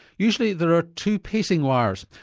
usually there are two pacing wires,